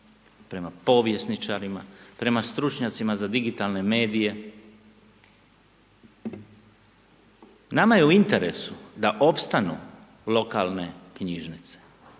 prema povjesničarima, prema stručnjacima za digitalne medije. Nama je u interesu da opstanu lokalne knjižnice.